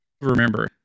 remember